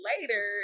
later